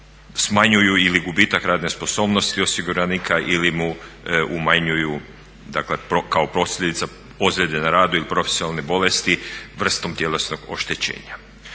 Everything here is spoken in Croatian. smanjuju ili gubitak radne sposobnosti osiguranika ili mu umanjuju, dakle kao posljedica ozljede na radu ili profesionalne bolesti vrstom tjelesnog oštećenja.